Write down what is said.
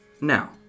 Now